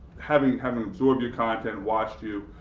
having had and absorbed your content, watched you,